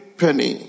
penny